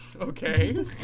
Okay